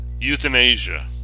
euthanasia